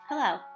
Hello